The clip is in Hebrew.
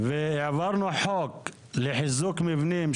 והעברנו חוק לחיזוק מבנים,